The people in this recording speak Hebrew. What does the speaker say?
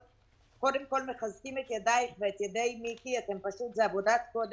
כן, גם הדיונים, וגם אנחנו פנינו.